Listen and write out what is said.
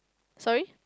sorry